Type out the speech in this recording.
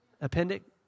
Appendix